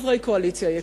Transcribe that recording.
חברי קואליציה יקרים,